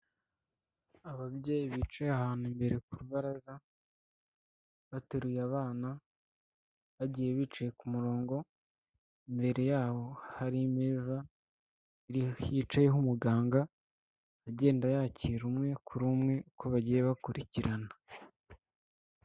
Ababyeyi bicaye ahantu imbere ku rubaraza, bateruye abana, bagiye bicaye ku murongo, imbere yaho hari imeza, hicayeho umuganga, agenda yakira umwe kuri umwe, uko bagiye bakurikirana.